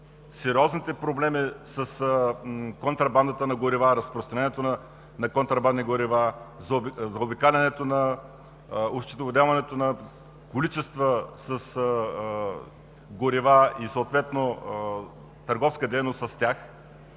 сериозните проблеми с контрабандата на горива, разпространението на контрабандни горива, осчетоводяването на количества с горива и съответно търговска дейност с тях.